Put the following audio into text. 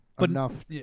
enough